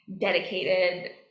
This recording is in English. dedicated